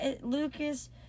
Lucas